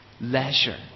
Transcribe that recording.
leisure